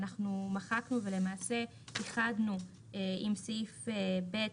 אנחנו מחקנו ולמעשה איחדנו עם סעיף (ב),